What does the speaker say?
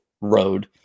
road